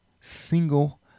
single